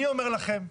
אני אומר לכם,